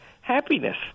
Happiness